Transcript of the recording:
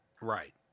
Right